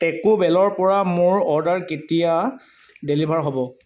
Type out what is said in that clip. টেকো বেলৰ পৰা মোৰ অৰ্ডাৰ কেতিয়া ডেলিভাৰ হ'ব